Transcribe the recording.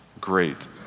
Great